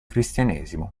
cristianesimo